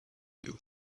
you